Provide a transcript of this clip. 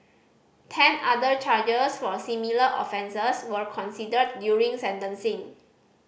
ten other charges for similar offences were considered during sentencing